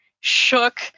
shook